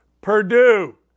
Purdue